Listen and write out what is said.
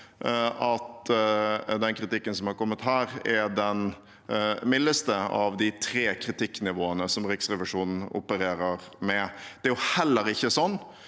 den kritikken som har kommet her, er den mildeste av de tre kritikknivåene som Riksrevisjonen opererer med. Det er heller ikke sånn